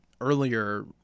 earlier